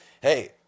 Hey